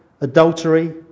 adultery